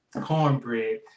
cornbread